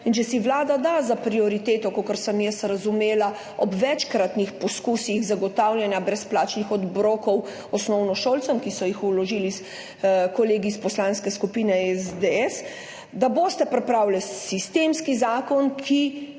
Če si vlada da za prioriteto, kakor sem jaz razumela ob večkratnih poskusih zagotavljanja brezplačnih obrokov osnovnošolcem, ki so jih vložili kolegi iz Poslanske skupine SDS, da boste pripravili sistemski zakon, ki